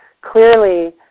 clearly